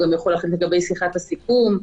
הוא גם יכול להחליט לגבי שיחת הסיכום.